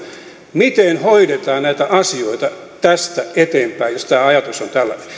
miten hoidetaan näitä asioita tästä eteenpäin jos tämä ajatus on tällainen